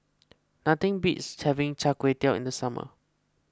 nothing beats having Char Kway Teow in the summer